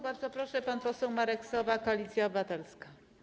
Bardzo proszę, pan poseł Marek Sowa, Koalicja Obywatelska.